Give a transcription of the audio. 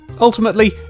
Ultimately